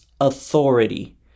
authority